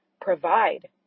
provide